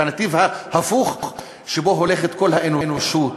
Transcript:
בנתיב ההפוך לנתיב שבו הולכת כל האנושות,